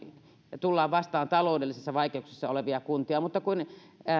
ja tullaan vastaan taloudellisissa vaikeuksissa olevia kuntia mutta kun